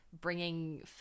bringing